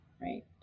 Right